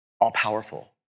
all-powerful